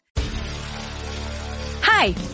Hi